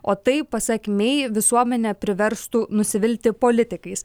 o tai pasak mei visuomenę priverstų nusivilti politikais